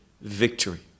victory